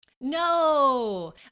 No